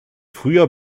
früher